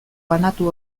banatu